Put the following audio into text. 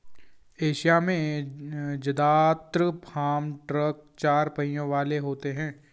Asia में जदात्र farm truck चार पहियों वाले होते हैं